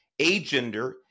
agender